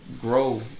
grow